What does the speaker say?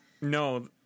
No